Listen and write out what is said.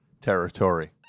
territory